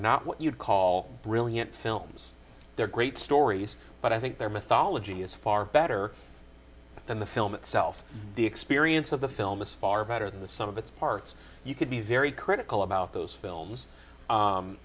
not what you'd call brilliant films they're great stories but i think their mythology is far better than the film itself the experience of the film is far better than the sum of its parts you could be very critical about those films